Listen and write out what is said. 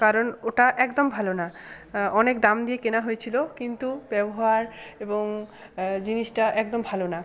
কারণ ওটা একদম ভালো না অনেক দাম দিয়ে কেনা হয়েছিল কিন্তু ব্যবহার এবং জিনিসটা একদম ভালো না